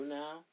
now